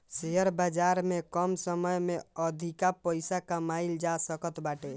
share बाजार में कम समय में अधिका पईसा कमाईल जा सकत बाटे